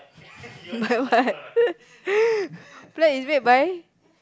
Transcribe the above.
by what flag is made by